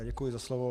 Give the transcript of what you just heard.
Děkuji za slovo.